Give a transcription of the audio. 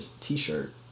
t-shirt